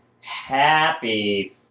happy